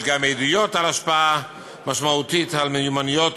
יש גם עדויות על השפעה משמעותית על מיומנויות